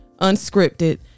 unscripted